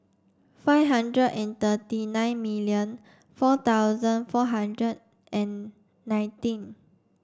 five hundred and thirty nine million four thousand four hundred and nineteen